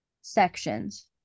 sections